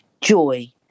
joy